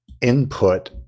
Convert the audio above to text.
input